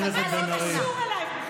אבל היו יותר מהפרעה אחת.